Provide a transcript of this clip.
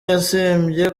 yatsembye